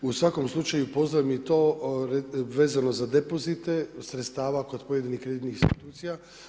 U svakom slučaju, pozdravljam i to vezano za depozite sredstava kod pojedinih kreditnih institucija.